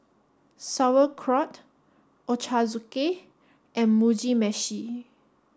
Sauerkraut Ochazuke and Mugi Meshi